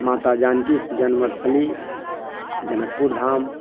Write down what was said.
माता जानकीके जन्मस्थली जनकपुर धाम